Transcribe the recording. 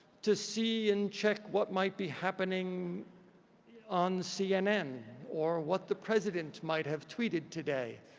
to see and check what might be happening on cnn or what the president might have tweeted today.